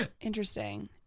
Interesting